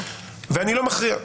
ואני לא מכריע.